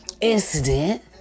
incident